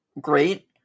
great